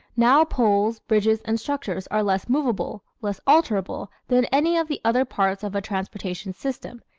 now poles, bridges and structures are less movable, less alterable than any of the other parts of a transportation system,